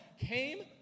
came